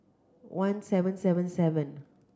one seven seven seven